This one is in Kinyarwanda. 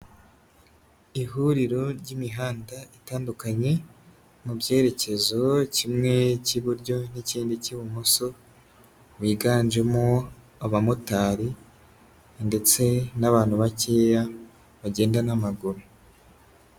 Ihuriro ry'imihanda itandukanye mu byerekezo, kimwe cy'iburyo n'ikindi cy'ibumoso, wiganjemo abamotari ndetse n'abantu bakeya bagenda n'amaguru.